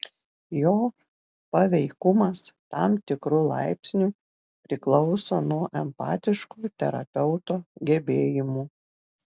jo paveikumas tam tikru laipsniu priklauso nuo empatiškų terapeuto gebėjimų